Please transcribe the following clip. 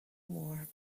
more